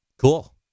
Cool